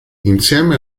insieme